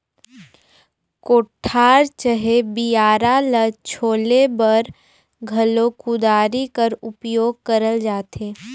कोठार चहे बियारा ल छोले बर घलो कुदारी कर उपियोग करल जाथे